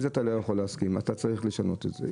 לזה אתה לא יכול להסכים ואתה צריך לשנות את זה.